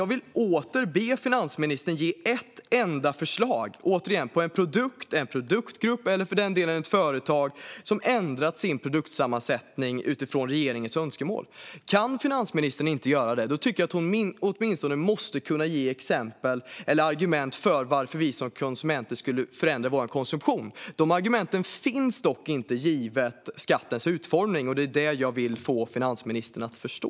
Jag vill åter be finansministern ge ett exempel på en produkt, en produktgrupp eller för den delen ett företag som ändrat sin produktsammansättning utifrån regeringens önskemål. Om finansministern inte kan göra det tycker jag att hon åtminstone måste ge exempel på eller argument för varför vi konsumenter ska förändra vår konsumtion. De argumenten finns dock inte givet skattens utformning. Det är det jag vill få finansministern att förstå.